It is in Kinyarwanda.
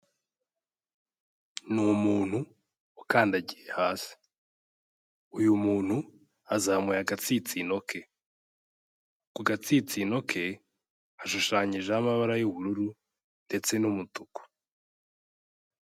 Ni umuntu ukandagiye hasi, uyu muntu azamuye agatsinsino ke, ku gatsinsino ke hashushanyijeho amabara y'ubururu ndetse n'umutuku.